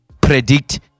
predict